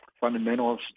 Fundamentals